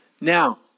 Now